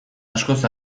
askoz